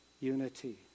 unity